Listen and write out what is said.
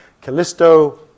Callisto